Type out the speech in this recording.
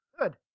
Good